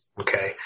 Okay